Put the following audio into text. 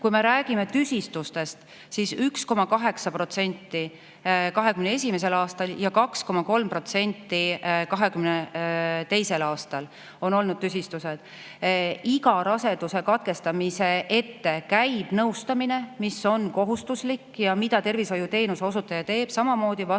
me räägime tüsistustest, siis 1,8%-l 2021. aastal ja 2,3%-l 2022. aastal on olnud tüsistusi. Iga raseduse katkestamise ette käib nõustamine, mis on kohustuslik ja mida teeb tervishoiuteenuse osutaja. Samamoodi vastutab